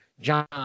John